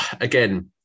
again